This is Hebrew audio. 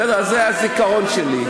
בסדר, זה הזיכרון שלי.